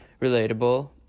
relatable